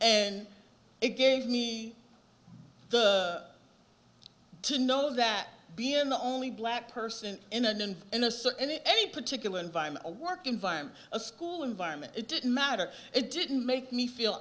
and it gave me the to know that being the only black person in an in a certain any particular environment a work environment a school environment it didn't matter it didn't make me feel